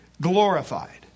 glorified